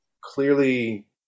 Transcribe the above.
clearly